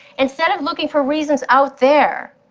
instead of looking for reasons out there,